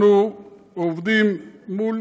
אנחנו עובדים מול